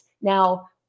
Now